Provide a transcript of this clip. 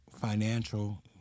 financial